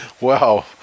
Wow